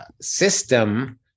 system